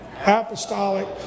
apostolic